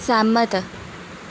सैह्मत